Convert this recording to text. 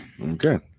Okay